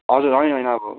हजुर होइन होइन अब